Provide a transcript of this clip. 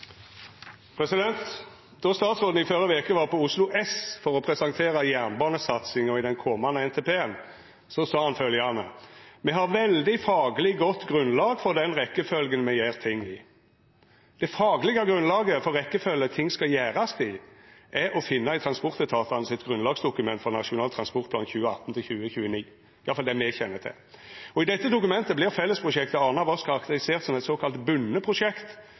Då statsråden i førre veke var på Oslo S for å presentera jernbanesatsinga i den komande NTP-en, sa han: Me har veldig fagleg godt grunnlag for den rekkjefølgja me gjer ting i. Det faglege grunnlaget for rekkefølgja ting skal gjerast i, er å finna i transportetatane sitt grunnlagsdokument for Nasjonal transportplan 2018–2029, iallfall det me kjenner til. I dette dokumentet vert fellesprosjektet Arna–Voss karakterisert som eit såkalla bunde prosjekt,